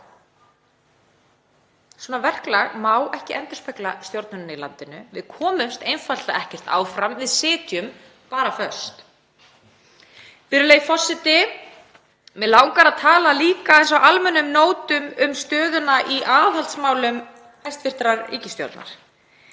Svona verklag má ekki endurspegla stjórnunina í landinu. Við komumst einfaldlega ekkert áfram. Við sitjum bara föst. Virðulegi forseti. Mig langar líka að tala aðeins á almennum nótum um stöðuna í aðhaldsmálum hæstv. ríkisstjórnar.